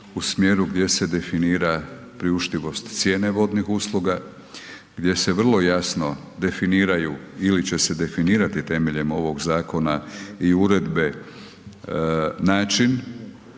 u smjeru gdje se definira priuštivost cijene vodnih usluga, gdje se vrlo jasno definiraju ili će se definirati temeljem ovoga zakona i uredbe, način